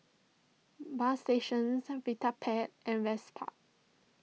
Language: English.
Bagstationz Vitapet and Vespa